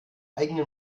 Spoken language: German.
eigenen